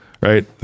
right